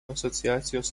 asociacijos